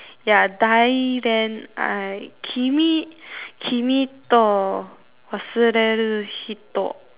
ya die then I